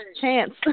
chance